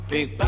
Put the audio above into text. Big